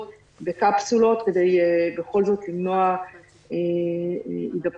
בקפסולות כדי בכל זאת למנוע הידבקויות.